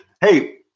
Hey